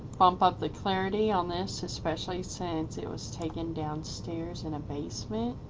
bump up the clarity on this especially since it was taken down stairs in a basement.